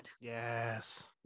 Yes